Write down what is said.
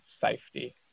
safety